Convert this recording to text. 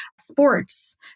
sports